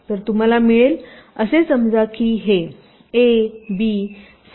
तर तुम्हाला मिळेलअसे समजा की हे ए बी सी डी आणि ई आहे